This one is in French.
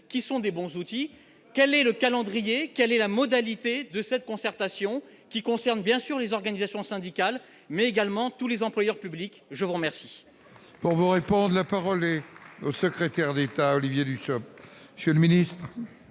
qui sont des bons outils, quel est le calendrier, quelle est la modalité de cette concertation qui concerne bien sûr les organisations syndicales mais également tous les employeurs publics, je vous remercie.